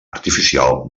artificial